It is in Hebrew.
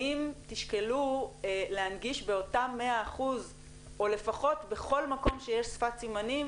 האם תשקלו להנגיש באותם 100% או לפחות בכל מקום שיש שפת סימנים,